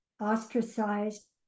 ostracized